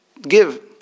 give